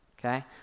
okay